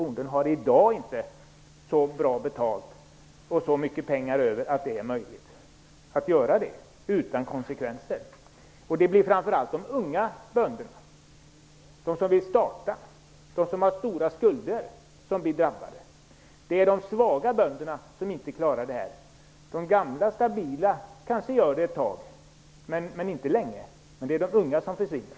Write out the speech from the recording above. Bonden har i dag inte så bra betalt och så mycket pengar över att det är möjligt att införa en halvering av lönen utan att det får konsekvenser. Det blir framför allt de unga bönderna -- de som vill starta en verksamhet och har stora skulder -- som blir drabbade. De svaga bönderna klarar inte detta. De gamla och stabila kanske kan göra det ett tag, men inte länge. De unga kommer att försvinna.